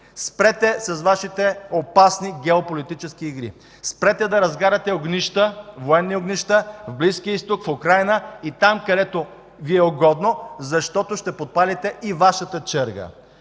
„Спрете с Вашите опасни геополитически игри! Спрете да разгаряте военни огнища в Близкия изток, в Украйна и там, където Ви е угодно, защото ще подпалите и Вашата черга!